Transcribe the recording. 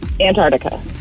Antarctica